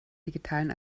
digitalen